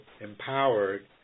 empowered